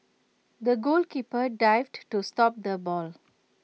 the goalkeeper dived to stop the ball